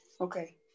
Okay